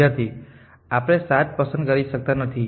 િદ્યાર્થી આપણે 7 પસંદ કરી શકતા નથી